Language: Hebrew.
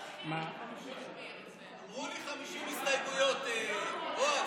אמרו לי 50 הסתייגויות, בועז.